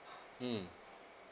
mm